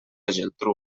geltrú